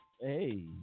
Hey